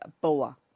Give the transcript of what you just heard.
boa